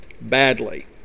Badly